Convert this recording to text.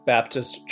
Baptist